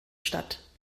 statt